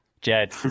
Jed